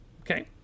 okay